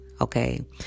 Okay